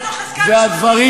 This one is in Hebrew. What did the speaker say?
אדוני,